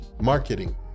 marketing